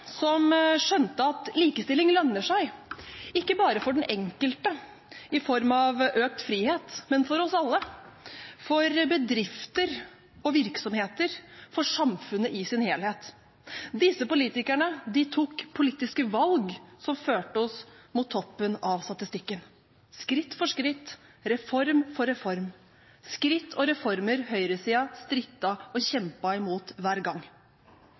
som skjønte at likestilling lønner seg, ikke bare for den enkelte i form av økt frihet, men for oss alle, for bedrifter og virksomheter, for samfunnet i sin helhet. Disse politikerne tok politiske valg som førte oss mot toppen av statistikken skritt for skritt, reform for reform – skritt og reformer høyresiden strittet og kjempet mot hver gang.